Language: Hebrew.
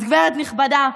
אז גברת נכבדה,